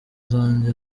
zanjye